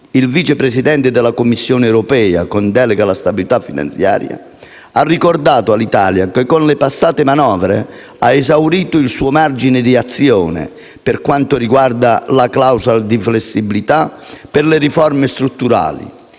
Il Vice Presidente della Commissione europea con delega alla stabilità finanziaria ha ricordato all'Italia che, con le passate manovre, ha esaurito il suo margine di azione per quanto riguarda la clausola di flessibilità per le riforme strutturali